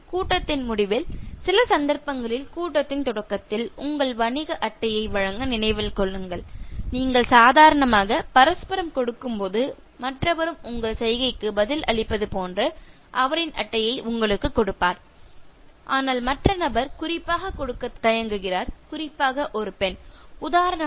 கூட்டத்தின் முடிவில் சில சந்தர்ப்பங்களில் கூட்டத்தின் தொடக்கத்தில் உங்கள் வணிக அட்டையை வழங்க நினைவில் கொள்ளுங்கள் நீங்கள் சாதாரணமாக பரஸ்பரம் கொடுக்கும்போது மற்றவரும் உங்கள் சைகைக்கு பதில் அளிப்பது போன்று அவரின் அட்டையை உங்களுக்குக் கொடுப்பார் ஆனால் மற்ற நபர் குறிப்பாக கொடுக்க தயங்குகிறார் குறிப்பாக ஒரு பெண் உதாரணமாக